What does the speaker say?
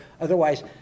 otherwise